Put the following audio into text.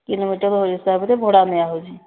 kilometre ହିସାବରେ ଭଡ଼ା ନିଆ ହେଉଛି